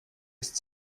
ist